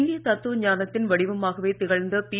இந்திய தத்துவ ஞானத்தின் வடிவமாகவே திகழ்ந்த பி